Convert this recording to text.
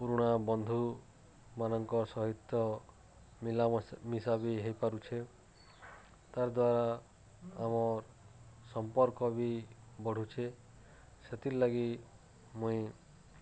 ପୁରୁଣା ବନ୍ଧୁମାନଙ୍କର ସହିତ୍ ମିଲ ମିଶା ବି ହେଇପାରୁଛେ ତାର୍ଦ୍ୱାରା ଆମର୍ ସମ୍ପର୍କ ବି ବଢ଼ୁଛେ ସେଥିର୍ଲାଗି ମୁଇଁ